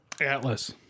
Atlas